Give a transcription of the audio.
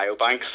biobanks